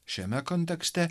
šiame kontekste